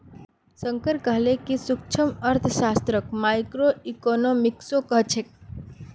शंकर कहले कि सूक्ष्मअर्थशास्त्रक माइक्रोइकॉनॉमिक्सो कह छेक